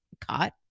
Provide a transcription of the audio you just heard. caught